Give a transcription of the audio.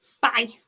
bye